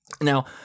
Now